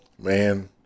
man